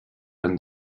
and